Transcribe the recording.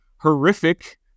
horrific